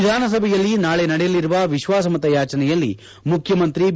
ವಿಧಾನಸಭೆಯಲ್ಲಿ ನಾಳೆ ನಡೆಯಲಿರುವ ವಿಶ್ವಾಸಮತ ಯಾಚನೆಯಲ್ಲಿ ಮುಖ್ಯಮಂತ್ರಿ ಬಿ